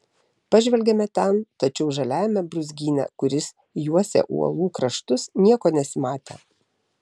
pažvelgėme ten tačiau žaliajame brūzgyne kuris juosė uolų kraštus nieko nesimatė